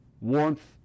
warmth